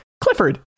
Clifford